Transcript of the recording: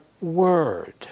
word